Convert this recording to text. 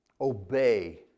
obey